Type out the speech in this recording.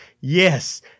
Yes